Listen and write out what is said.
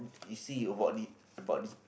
you see about this about this